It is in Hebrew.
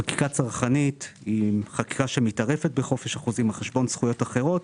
חקיקה צרכנית היא חקיקה שמתערבת בחופש החוזים על חשבון זכויות אחרות,